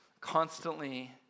constantly